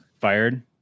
fired